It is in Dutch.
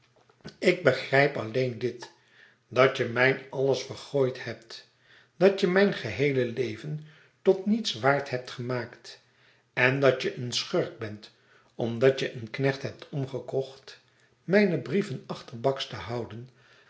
ik begrijp alleen dit dat je mijn alles vergooid hebt dat je mijn geheele leven tot niets waard hebt gemaakt en dat je een schurk bent omdat je een knecht hebt omgekocht mijne brieven achterbaks te houden